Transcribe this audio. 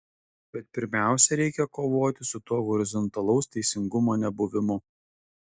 bet pirmiausia reikia kovoti su tuo horizontalaus teisingumo nebuvimu